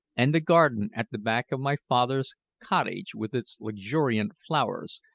and the garden at the back of my father's cottage with its luxuriant flowers,